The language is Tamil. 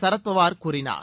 சரத்பவார் கூறினார்